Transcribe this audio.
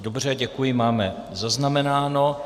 Dobře, děkuji, máme zaznamenáno.